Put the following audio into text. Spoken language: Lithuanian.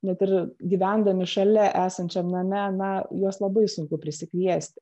net ir gyvendami šalia esančiam name na juos labai sunku prisikviesti